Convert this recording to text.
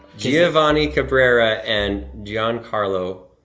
giovanni cabrera and giancarlo.